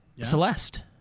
Celeste